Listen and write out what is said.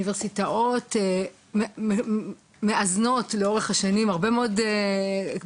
האוניברסיטאות מאזנות לאורך השנים הרבה מאוד בקשות,